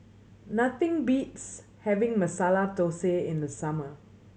nothing beats having Masala Thosai in the summer